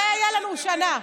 זה היה לנו שנה.